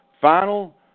final